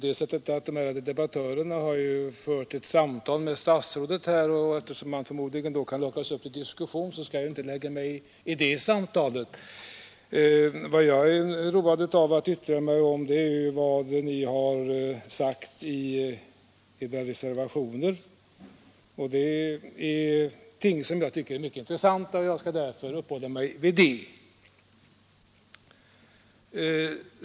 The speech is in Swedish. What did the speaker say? De ärade debattörerna har dessutom fört ett samtal med statsrådet Lidbom och eftersom han förmodligen kan lockas till diskussion skall jag inte lägga mig i det samtalet. Vad jag är road av att yttra mig om är vad ni sagt i era reservationer. Det är ting som jag tycker är mycket intressanta, och jag skall därför uppehålla mig vid det.